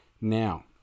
Now